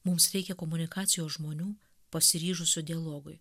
mums reikia komunikacijos žmonių pasiryžusių dialogui